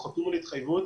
והוא חתום על התחייבות